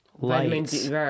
lights